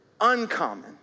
uncommon